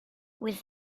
with